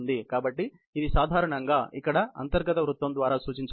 కాబట్టి ఇది సాధారణంగా ఇక్కడ ఈ అంతర్గత వృత్తం ద్వారా సూచించబడినది